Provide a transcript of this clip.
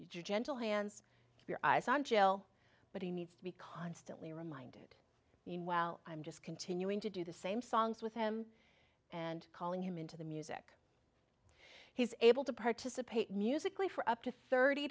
you gentle hands your eyes i'm jel but he needs to be constantly reminded meanwhile i'm just continuing to do the same songs with him and calling him into the music he's able to participate musically for up to thirty